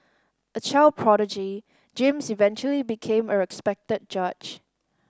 a child prodigy James eventually became a respected judge